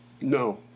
No